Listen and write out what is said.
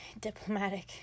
diplomatic